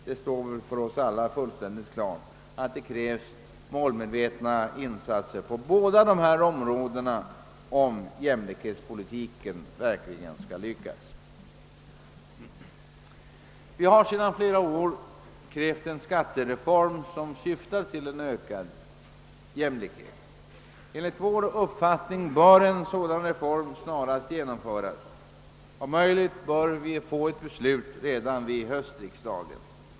Det krävs naturligtvis målmedvetna insatser på båda dessa områden, om jämlikhetspolitiken verkligen skall lyckas. Vi har sedan flera år krävt en skattereform, som syftar till ökad jämlikhet. Enligt vår uppfattning bör en sådan re form snarast genomföras; om möjligt bör vi få ett beslut redan under höstriksdagen.